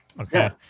Okay